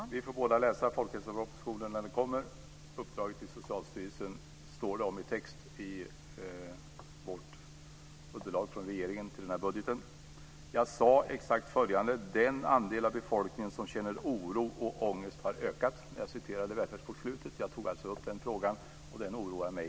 Fru talman! Vi får båda läsa folkhälsopropositionen när den kommer. Uppdraget till Socialstyrelsen står det om i underlaget från regeringen till denna budget. Jag sade exakt följande när jag citerade ur Välfärdsbokslutet: Den andel av befolkningen som känner oro och ångest har ökat. Jag tog alltså upp den frågan, och den oroar mig.